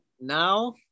now